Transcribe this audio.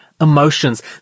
emotions